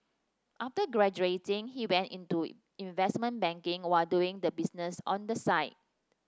after graduating he went into investment banking while doing the business on the side